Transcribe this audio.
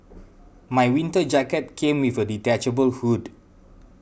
my winter jacket came with a detachable hood